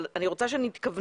אבל אני רוצה שנתכוונן,